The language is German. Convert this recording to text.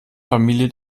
familie